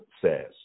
says